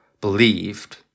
believed